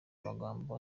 amagambo